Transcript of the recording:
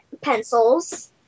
pencils